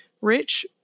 rich